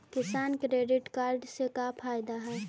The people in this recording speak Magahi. किसान क्रेडिट कार्ड से का फायदा है?